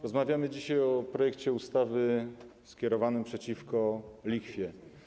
Rozmawiamy dzisiaj o projekcie ustawy skierowanym przeciwko lichwie.